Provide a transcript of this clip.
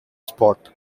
spot